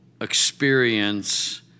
experience